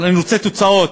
אבל אני רוצה תוצאות.